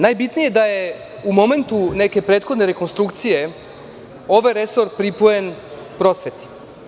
Najbitnije je da je u momentu neke prethodne rekonstrukcije ovaj resor pripojen prosveti.